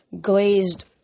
glazed